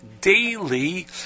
daily